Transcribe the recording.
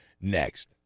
next